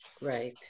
Right